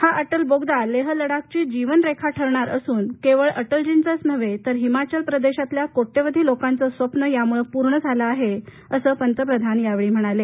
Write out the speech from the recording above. हा अटल बोगदा लेह लडाखची जीवनरेखा ठरणार असून केवळ अटलीजींचच नव्हे तर हिमाचल प्रदेशातल्या कोट्यवधी लोकांचं स्वप्न यामुळं पूर्ण झालं आहे असं पंतप्रधान या वेळी म्हणाले